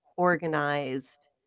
organized